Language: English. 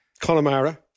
Connemara